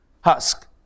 husk